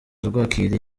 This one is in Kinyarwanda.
rwakiriye